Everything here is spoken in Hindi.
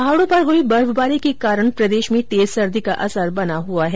पहाड़ों पर हुई बर्फबारी के कारण प्रदेश में तेज सर्दी का असर बना हुआ है